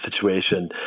situation